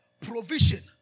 provision